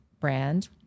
brand